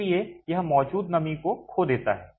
इसलिए यह मौजूद नमी को खो देता है